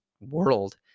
world